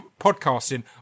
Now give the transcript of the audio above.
podcasting